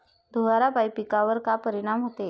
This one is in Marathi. धुवारापाई पिकावर का परीनाम होते?